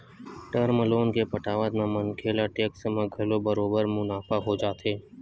term loan के पटावत म मनखे ल टेक्स म घलो बरोबर मुनाफा हो जाथे